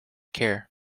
care